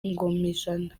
ngomijana